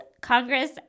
Congress